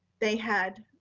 they had,